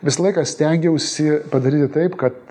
visą laiką stengiausi padaryti taip kad